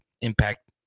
impact